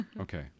Okay